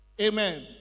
Amen